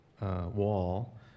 wall